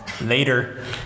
Later